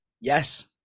Yes